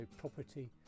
property